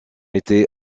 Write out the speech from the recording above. été